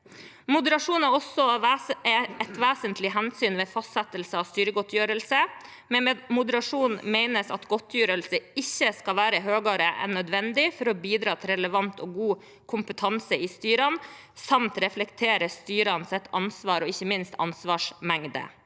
Moderasjon er også et vesentlig hensyn ved fastsettelse av styregodtgjørelse. Med moderasjon menes at godtgjørelser ikke skal være høyere enn nødvendig for å bidra til relevant og god kompetanse i styrene, samt at de skal reflektere styrenes ansvar og ikke minst ansvarsmengde.